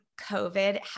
COVID